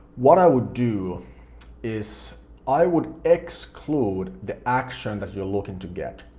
what i would do is i would exclude the action that you're looking to get.